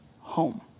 home